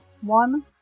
One